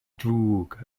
drwg